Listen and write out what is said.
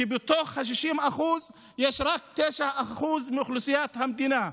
כשבתוך ה-60% יש רק 9% מאוכלוסיית המדינה.